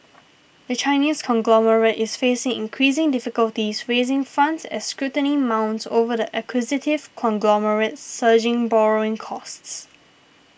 the Chinese conglomerate is facing increasing difficulties raising funds as scrutiny mounts over the acquisitive conglomerate's surging borrowing costs